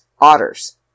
otters